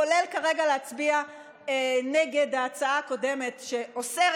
כולל כרגע להצביע נגד ההצעה הקודמת שאוסרת